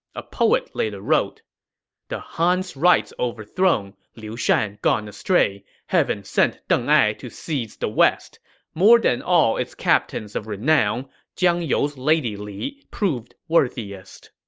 a poet later wrote the han's rites overthrown, liu shan gone astray heaven sent deng ai to seize the west more than all its captains of renown jiangyou's lady li proved worthiest